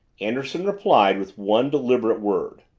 anderson replied with one deliberate word.